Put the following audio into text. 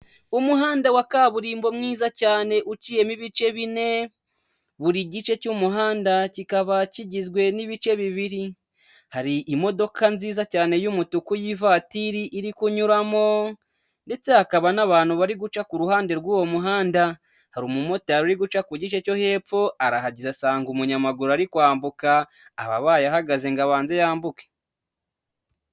Umuhanda wa kaburimbo mwiza cyane uciyemo ibice bine, buri gice cy'umuhanda kikaba kigizwe n'ibice bibiri, hari imodoka nziza cyane y'umutuku y'ivatiri iri kunyuramo ndetse hakaba n'abantu bari guca ku ruhande rw'uwo muhanda, hari umumotari uri guca ku gice cyo hepfo, arahageze asanga umunyamaguru ari kwambuka, aba abaye ahagaze ngo abanze yambuke.